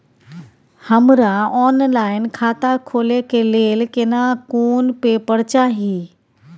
हमरा ऑनलाइन खाता खोले के लेल केना कोन पेपर चाही?